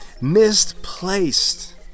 misplaced